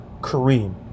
Kareem